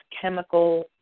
chemical